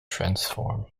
transform